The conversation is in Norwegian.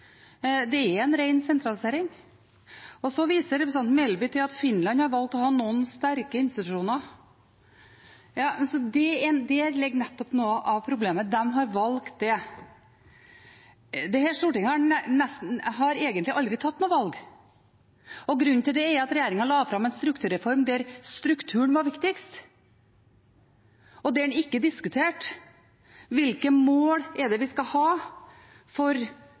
Det er en ren sentralisering. Så viser representanten Melby til at Finland har valgt å ha noen sterke institusjoner. Der ligger nettopp noe av problemet: De har valgt det. Dette stortinget har egentlig aldri tatt noe valg. Grunnen til det er at regjeringen la fram en strukturreform der strukturen var viktigst, og der en ikke diskuterte hvilke mål vi skal ha for